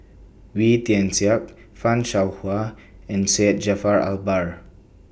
Wee Tian Siak fan Shao Hua and Syed Jaafar Albar